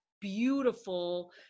beautiful